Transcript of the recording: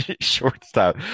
shortstop